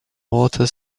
water